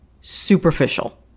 superficial